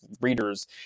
readers